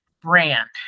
brand